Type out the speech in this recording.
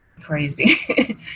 crazy